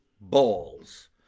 balls